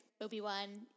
Obi-Wan